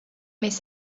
miss